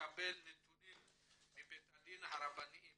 לקבל נתונים מבתי הדין הרבניים